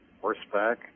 horseback